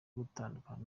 gutandukana